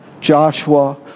Joshua